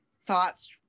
thoughts